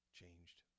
changed